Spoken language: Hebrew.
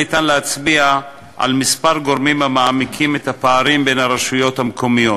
אפשר להצביע על כמה גורמים המעמיקים את הפערים בין הרשויות המקומיות.